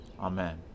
Amen